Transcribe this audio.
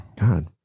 God